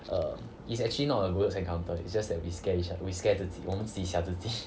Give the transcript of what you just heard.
err it's actually not a ghost encounter it's just that we scare each other we scare 自己我们自己吓自己